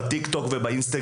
בטיק טוק ובאינסטגרם,